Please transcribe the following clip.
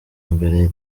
mbere